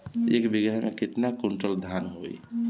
एक बीगहा में केतना कुंटल धान होई?